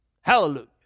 hallelujah